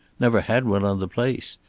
never had one on the place.